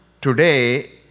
today